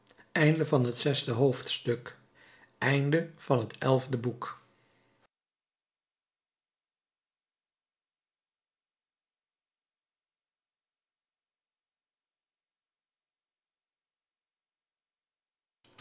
van het leven of van het lot